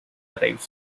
arrive